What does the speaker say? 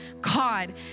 God